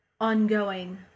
ongoing